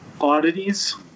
oddities